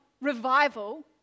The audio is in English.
revival